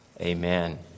Amen